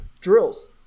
Drills